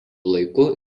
laiku